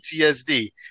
ptsd